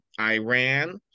Iran